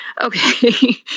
okay